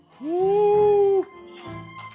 Woo